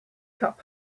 cup